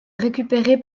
récupéré